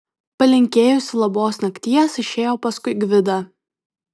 palinkėjusi labos nakties išėjo paskui gvidą